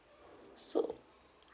so